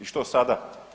I što sada?